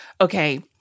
okay